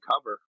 cover